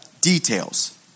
details